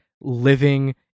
living